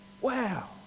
Wow